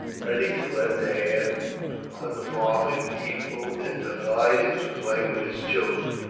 ready to lend a hand on the farm if needful, and delighted to play with his children.